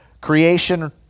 creation